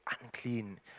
unclean